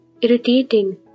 irritating